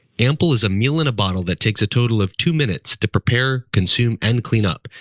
ample is a meal in a bottle that takes a total of two minutes to prepare, consume, and cleanup.